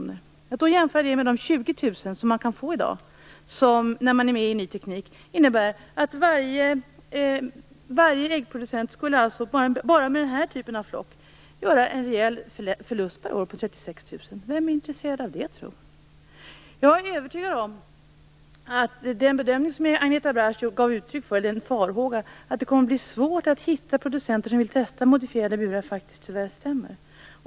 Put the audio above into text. Det skall jämföras med de 20 000 kr som man kan få i dag när man är med i ny teknik. Det innebär att varje äggproducent bara med den här typen av flock gör en reell förlust per år på 36 000 kr. Vem är intresserad av det? Jag är övertygad om att den farhåga som Agneta Brasch gav uttryck för, att det kommer att bli svårt att hitta producenter som vill testa modifierade burar, tyvärr stämmer.